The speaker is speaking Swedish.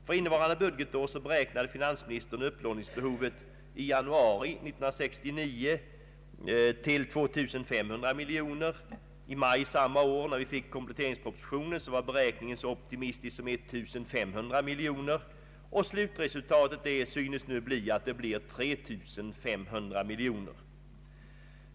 För innevarande budgetår har finansministern beräknat upplåningsbehovet under januari 1969 till 2 500 miljoner. I kompletteringspropositionen som vi fick i maj samma år var beräkningen så optimistisk som 1 500 miljoner kronor, och slutresultatet synes nu bli 3500 miljoner kronor.